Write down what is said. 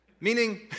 Meaning